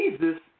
Jesus